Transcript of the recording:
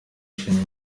shima